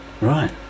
right